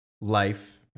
life